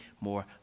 more